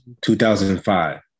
2005